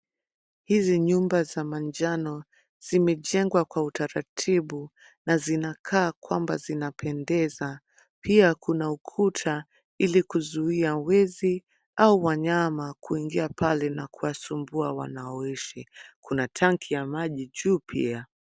Hizi nyumba za manjano zimejengwa kwa utaratibu na zinakaa kwamba zinapendeza. Pia kuna ukuta ili kuzuia wezi au wanyama kuingia pale na kuwasumbua wanaoishi. Kuna tanki ya maji juu pia.